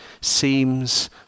seems